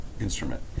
Instrument